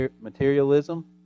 materialism